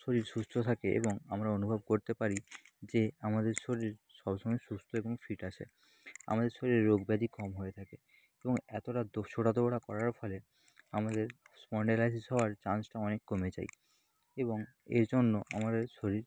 শরীর সুস্থ থাকে এবং আমরা অনুভব করতে পারি যে আমাদের শরীর সব সময় সুস্থ এবং ফিট আছে আমাদের শরীরে রোগ ব্যাধি কম হয়ে থাকে এবং এতটা দূর ছোটা দৌড়া করার ফলে আমাদের স্পন্ডেলাইটিস হওয়ার চান্সটা অনেক কমে যায় এবং এজন্য আমাদের শরীর